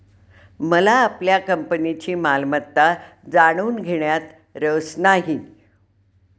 मला आपल्या कंपनीची मालमत्ता जाणून घेण्यात रस नाही